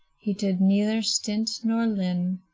he did neither stint nor lin,